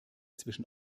zwischen